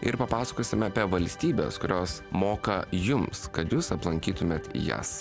ir papasakosime apie valstybes kurios moka jums kad jūs aplankytumėt jas